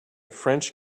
french